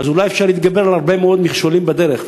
אז אולי אפשר להתגבר על הרבה מאוד מכשולים בדרך.